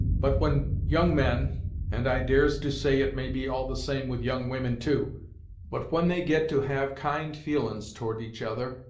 but when young men and i dares to say it may be all the same with young women, too but when they get to have kind feelin's towards each other,